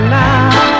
now